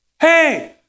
Hey